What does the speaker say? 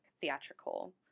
theatrical